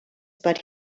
but